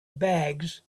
bags